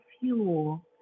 fuel